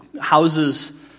Houses